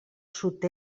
sud